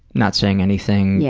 not saying anything. yeah